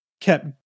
kept